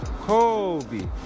Kobe